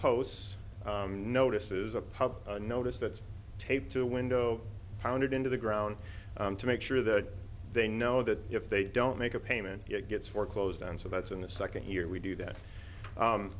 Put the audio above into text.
posts notices a public notice that taped to window pounded into the ground to make sure that they know that if they don't make a payment it gets foreclosed on so that's in the second year we do that